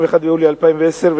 21 ביולי 2010,